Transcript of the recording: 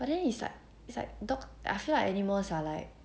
but then it's like it's like dog I feel like animals are like